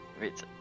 Wait